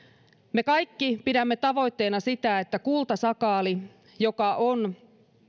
me kaikki pidämme tavoitteena sitä että kultasakaali joka on